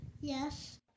Yes